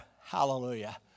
Hallelujah